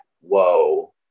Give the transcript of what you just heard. whoa